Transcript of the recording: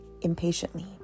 impatiently